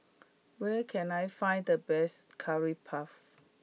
where can I find the best Curry Puff